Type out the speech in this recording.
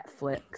Netflix